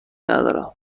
ندارم